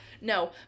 No